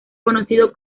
conocido